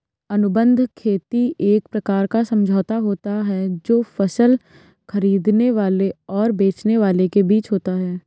अनुबंध खेती एक प्रकार का समझौता होता है जो फसल खरीदने वाले और बेचने वाले के बीच होता है